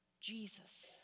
Jesus